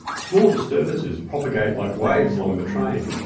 small disturbances propagate like waves along the train,